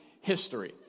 history